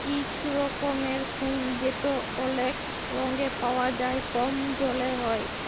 ইক রকমের ফুল যেট অলেক রঙে পাউয়া যায় কম জলে হ্যয়